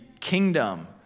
kingdom